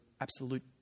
absolute